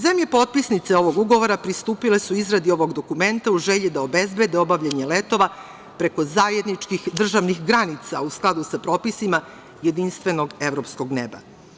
Zemlje potpisnice ovog ugovora pristupile su izradi ovog dokumenta u želji da obezbede obavljanje letova preko zajedničkih državnih granica u skladu sa propisima jedinstvenog evropskog neba.